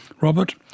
Robert